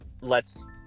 lets